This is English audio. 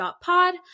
Pod